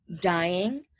dying